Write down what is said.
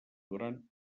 durant